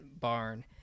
barn